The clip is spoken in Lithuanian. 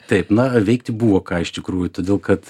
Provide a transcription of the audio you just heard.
taip na veikti buvo ką iš tikrųjų todėl kad